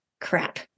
crap